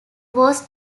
was